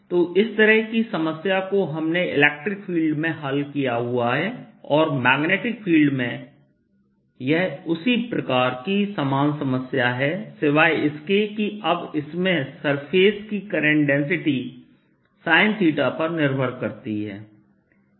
तो इस तरह की समस्या को हमने इलेक्ट्रिक फील्ड में हल किया हुआ है और मैग्नेटिक फील्ड में यह उसी प्रकार की समान समस्या है सिवाय इसके कि अब इसमें सरफेस की करंट डेंसिटी sinपर निर्भर करती है है